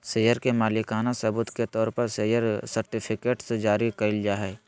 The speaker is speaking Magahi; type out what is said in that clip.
शेयर के मालिकाना सबूत के तौर पर शेयर सर्टिफिकेट्स जारी कइल जाय हइ